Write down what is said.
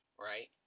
right